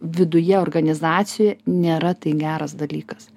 viduje organizacijoje nėra tai geras dalykas